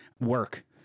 work